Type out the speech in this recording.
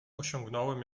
osiągnąłem